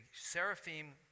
seraphim